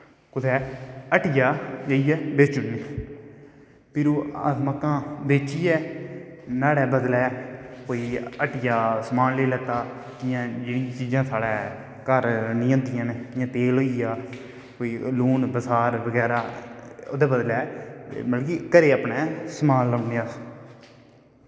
कुदै हट्टिया जाईयै बेची ओड़नें फिर अस मक्कां बेचियै नहाड़ै बदलै हट्टिया दा कोई समान लेई लैत्ता जियां जेह्कियां चीजां साढ़ै घर नेंई होंदियां न जियां तेल होईया कोई लून बसार बगैरा ओह्दै बदलै मतलव की घरे गी समान लेई औंनें अस